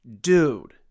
dude